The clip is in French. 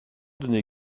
donné